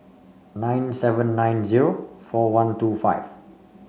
nine seven nine zero four one two five